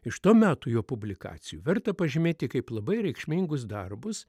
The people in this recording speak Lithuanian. iš to meto jo publikacijų verta pažymėti kaip labai reikšmingus darbus